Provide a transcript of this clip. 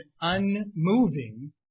unmoving